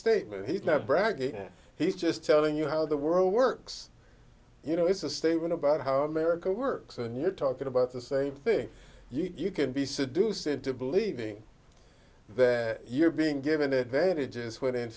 statement he's not bragging he's just telling you how the world works you know it's a statement about how america works and you're talking about the same thing you can be seduced into believing that you're being given advantages when in